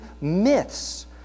myths